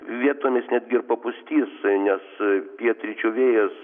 vietomis netgi ir papustys nes pietryčių vėjas